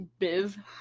Biv